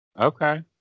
Okay